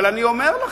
אבל אני אומר לכם: